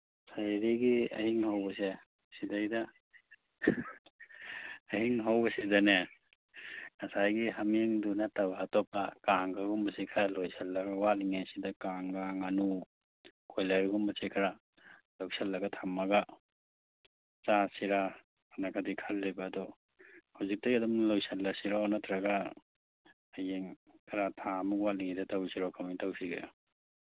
ꯍꯍꯦꯔꯤꯒꯤ ꯑꯍꯤꯡ ꯍꯧꯕꯁꯦ ꯁꯤꯗꯩꯗ ꯑꯍꯤꯡ ꯍꯧꯕꯩꯁꯤꯗꯅꯦ ꯉꯁꯥꯏꯒꯤ ꯍꯥꯃꯦꯡꯗꯨ ꯅꯠꯇꯕ ꯑꯇꯣꯞꯄ ꯀꯥꯡꯒꯒꯨꯝꯕꯁꯦ ꯈꯔ ꯂꯣꯏꯁꯜꯂꯒ ꯋꯥꯠꯂꯤꯉꯩꯁꯤꯗ ꯀꯥꯡꯒ ꯉꯥꯅꯨ ꯀꯣꯏꯂꯔꯒꯨꯝꯕꯁꯦ ꯈꯔ ꯂꯧꯁꯜꯂꯒ ꯊꯝꯃꯒ ꯆꯥꯁꯤꯔꯥꯅꯒꯗꯤ ꯈꯜꯂꯤꯕ ꯑꯗꯣ ꯍꯧꯖꯤꯛꯇꯩ ꯑꯗꯨꯝ ꯂꯣꯁꯜꯂꯁꯤꯔꯣ ꯅꯠꯇ꯭ꯔꯒ ꯍꯌꯦꯡ ꯈꯔ ꯊꯥ ꯑꯃ ꯋꯥꯠꯂꯤꯉꯩꯗ ꯇꯧꯁꯤꯔꯣ ꯀꯃꯥꯏ ꯇꯧꯁꯤꯒꯦ